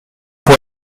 può